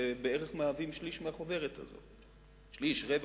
שמהווים כשליש או רבע,